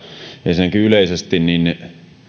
ensinnäkin yleisesti